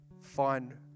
Find